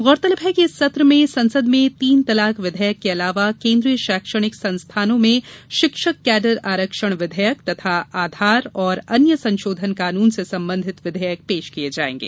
गौरतलब है कि इस सत्र में संसद में तीन तलाक विधेयक के अलावा केंद्रीय शैक्षणिक संस्थानों में शिक्षक कैडर आरक्षण विधेयक तथा आधार और अन्य संशोधन कानून से संबंधित विधेयक पेश किए जाएंगे